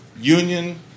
union